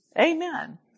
Amen